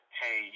hey